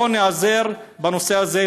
בוא ניעזר בנושא הזה,